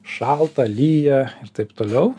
šalta lyja ir taip toliau